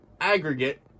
aggregate